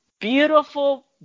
beautiful